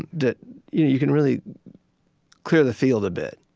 that you can really clear the field a bit.